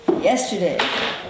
Yesterday